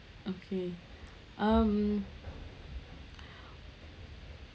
okay um